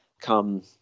come